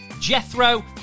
Jethro